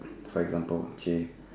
for example J